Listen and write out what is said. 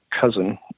cousin